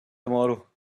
tomorrow